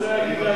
אתה רוצה להגיד,